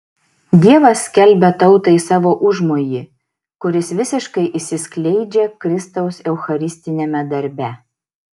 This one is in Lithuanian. dievas skelbia tautai savo užmojį kuris visiškai išsiskleidžia kristaus eucharistiniame darbe